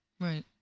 Right